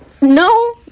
no